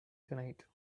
tonight